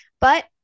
But-